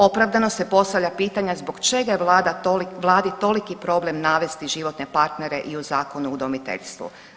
Opravdano se postavlja pitanje zbog čega je Vladi toliki problem navesti životne partnere i u Zakon o udomiteljstvu.